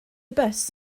bws